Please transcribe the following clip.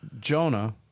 Jonah